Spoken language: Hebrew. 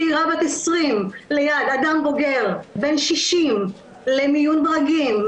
צעירה בת 20 ליד אדם בוגר בן 60 למיון ברגים,